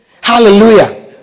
Hallelujah